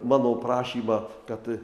mano prašymą kad